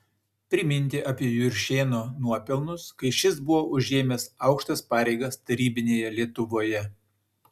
priminti apie juršėno nuopelnus kai šis buvo užėmęs aukštas pareigas tarybinėje lietuvoje